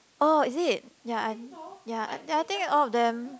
oh is it ya I ya I ya I think all of them